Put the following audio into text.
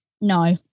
No